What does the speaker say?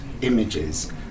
images